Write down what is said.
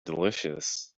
delicious